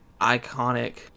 iconic